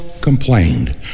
complained